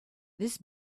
this